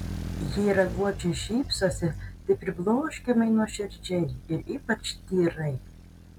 jei raguočiai šypsosi tai pribloškiamai nuoširdžiai ir ypač tyrai